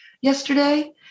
yesterday